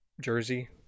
jersey